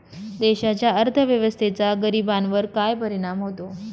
देशाच्या अर्थव्यवस्थेचा गरीबांवर काय परिणाम होतो